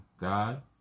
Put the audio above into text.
God